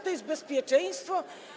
To jest bezpieczeństwo?